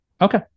Okay